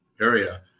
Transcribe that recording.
area